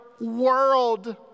world